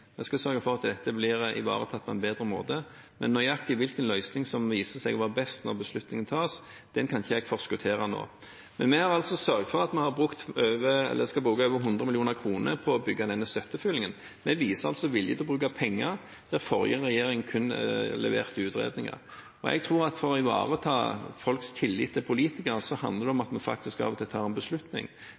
Vi skal sørge for at dette blir ivaretatt på en bedre måte, men nøyaktig hvilken løsning som viser seg å være best når beslutningen tas, kan ikke jeg forskuttere nå. Men vi har sørget for at vi skal bruke over 100 mill. kr på å bygge denne støttefyllingen. Vi viser vilje til å bruke penger der hvor forrige regjering kun leverte utredninger. Jeg tror at å ivareta folks tillit til politikere handler om at vi faktisk av og til tar en beslutning.